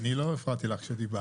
עדי, לא הפרעתי לך כשדיברת.